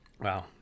wow